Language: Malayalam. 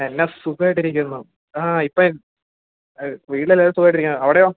എന്നാ സുഖമായിട്ടിരിക്കുന്നു ആ ഇപ്പം വീട്ടിലെ ല്ലാവരും സുഖമായിട്ടിരിക്കുന്നു അവിടെയോ